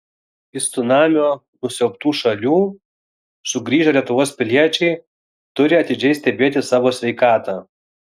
iš cunamio nusiaubtų šalių sugrįžę lietuvos piliečiai turi atidžiai stebėti savo sveikatą